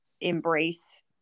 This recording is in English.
embrace